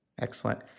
Excellent